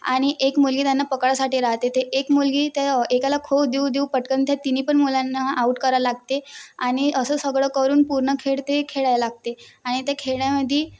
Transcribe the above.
आणि एक मुलगी त्यांना पकडासाठी राहते ते एक मुलगी त्या एकाला खो देऊ देऊ पटकन त्या तिन्ही पण मुलांना आऊट करा लागते आणि असं सगळं करून पूर्ण खेळ ते खेळायला लागते आणि त्या खेळामध्ये